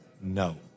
No